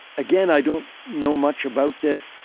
again, i don't know much about this,